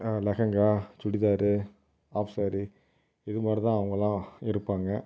lehenga churidar half sari இதுமாதிரிதான் அவங்களாம் இருப்பாங்க